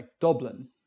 Dublin